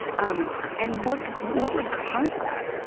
um and what what would cause that?